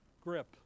grip